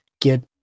get